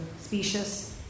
specious